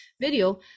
video